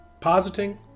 positing